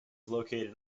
located